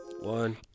one